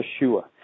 Yeshua